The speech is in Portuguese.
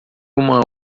uma